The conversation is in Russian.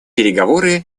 переговоры